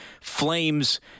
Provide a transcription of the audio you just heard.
Flames